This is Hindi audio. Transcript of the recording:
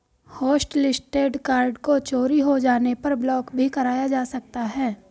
होस्टलिस्टेड कार्ड को चोरी हो जाने पर ब्लॉक भी कराया जा सकता है